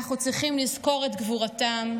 אנחנו צריכים לזכור את גבורתם,